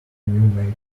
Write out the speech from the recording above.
maid